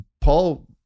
Paul